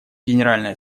генеральной